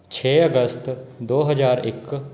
ਛੇ ਅਗਸਤ ਦੋ ਹਜ਼ਾਰ ਇੱਕ